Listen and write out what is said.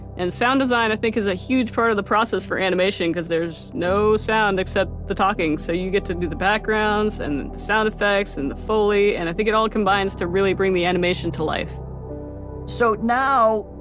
and sound design i think is a huge part of the process for animation because there's no sound except the talking, so you get to do that backgrounds and the sound effects, and the foley, and i think it all combines to really bring the animation to life so now,